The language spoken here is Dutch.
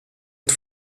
het